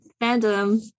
fandom